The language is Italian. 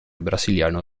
brasiliano